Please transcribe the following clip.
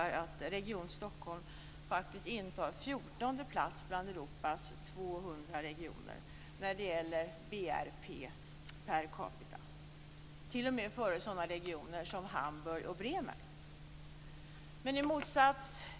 Region Stockholm intar faktiskt 14:e plats bland Europas 200 regioner när det gäller BRP per capita och kommer t.o.m. före regioner som Hamburg och Bremen.